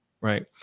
right